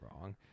wrong